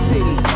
City